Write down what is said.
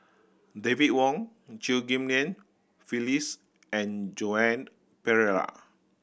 David Wong Chew Ghim Lian Phyllis and Joan Pereira